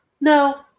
No